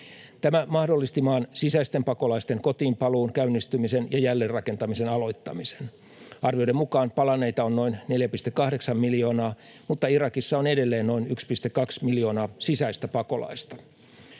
Tämä mahdollisti maan sisäisten pakolaisten kotiinpaluun käynnistymisen ja jälleenrakentamisen aloittamisen. Arvioiden mukaan palanneita on noin 4,8 miljoonaa, mutta Irakissa on edelleen noin 1,2 miljoonaa sisäistä pakolaista.